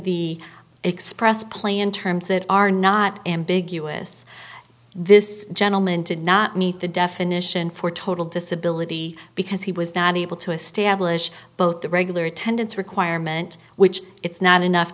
the express play in terms that are not ambiguous this gentleman did not meet the definition for total disability because he was not able to establish both the regular attendance requirement which it's not enough